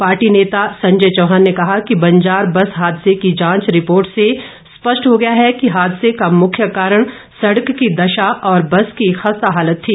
party नेता संजय चौहान ने कहा कि बंजार बस हादसे की जांच रिपोर्ट से स्पष्ट हो गया है कि हादसे का मुख्य कारण सड़क की दशा और बस की खस्ताहालत थी